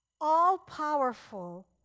all-powerful